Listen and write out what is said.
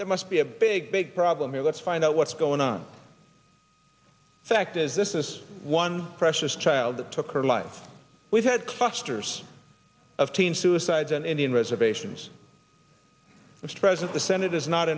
there must be a big big problem here let's find out what's going on fact is this is one precious child that took her life we've had clusters of teen suicides and indian reservations which present the senate is not